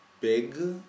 big